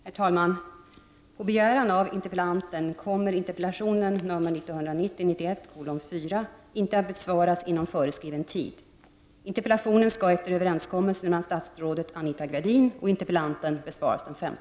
Herr talman! På begäran av interpellanten kommer interpellation nr 1990/91:4 inte att besvaras inom föreskriven tid. Interpellationen skall efter överenskommelse mellan statsrådet